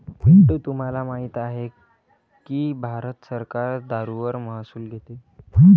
पिंटू तुम्हाला माहित आहे की भारत सरकार दारूवर महसूल घेते